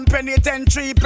Penitentiary